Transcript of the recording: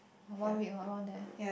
one week around there